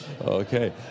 Okay